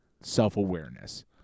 self-awareness